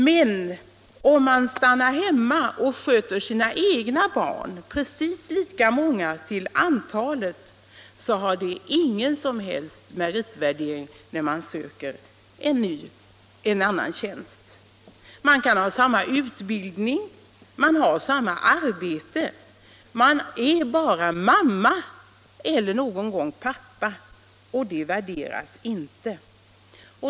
Men om man stannar hemma och sköter sina egna barn, precis lika många till antalet, har det inget som helst meritvärde när man söker en annan tjänst. Man kan ha samma utbildning, man har samma arbete, man är bara mamma eller pappa, och det värderas inte.